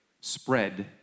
spread